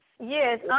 Yes